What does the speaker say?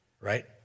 right